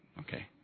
Okay